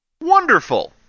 Wonderful